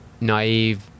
naive